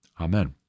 Amen